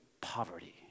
poverty